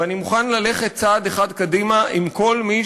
ואני מוכן ללכת צעד אחד קדימה עם כל מי